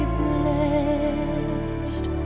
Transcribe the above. blessed